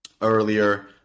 earlier